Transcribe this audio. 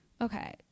okay